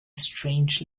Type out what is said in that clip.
strange